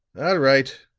all right,